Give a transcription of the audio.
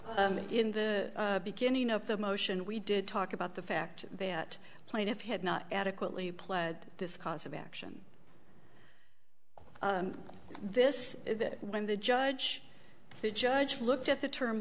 us in the beginning of the motion we did talk about the fact that plaintiff had not adequately pled this cause of action this that when the judge the judge looked at the term